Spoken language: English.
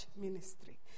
ministry